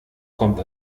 kommt